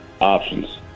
Options